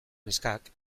neskak